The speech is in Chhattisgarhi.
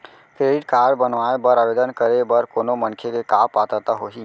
क्रेडिट कारड बनवाए बर आवेदन करे बर कोनो मनखे के का पात्रता होही?